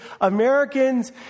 Americans